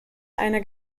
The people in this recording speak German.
einer